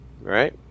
Right